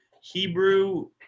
Hebrew